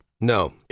No